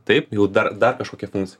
taip jau dar dar kažkokia funkcija